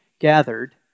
gathered